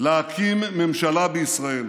להקים ממשלה בישראל.